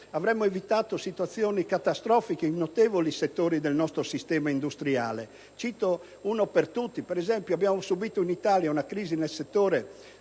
avremmo evitato situazioni catastrofiche in notevoli settori del nostro sistema industriale. Ne cito uno per tutti: per esempio abbiamo subìto in Italia una crisi nel settore